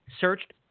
searched